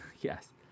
yes